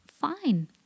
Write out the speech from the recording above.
fine